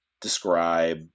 describe